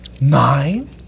Nine